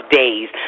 days